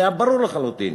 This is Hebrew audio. זה היה ברור לחלוטין,